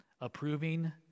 Approving